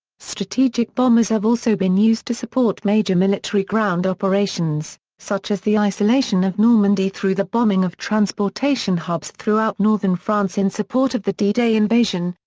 strategic bombers have also been used to support major military ground operations, such as the isolation of normandy through the bombing of transportation hubs throughout northern france in support of the d-day d-day invasion,